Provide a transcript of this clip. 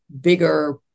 bigger